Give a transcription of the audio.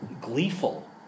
gleeful